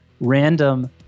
random